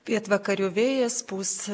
pietvakarių vėjas pūs